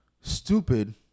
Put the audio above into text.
stupid